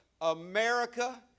America